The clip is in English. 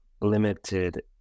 limited